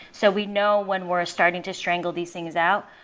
so we know when we're starting to strangle these things out,